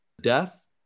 Death